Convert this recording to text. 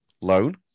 loan